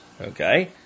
Okay